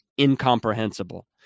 incomprehensible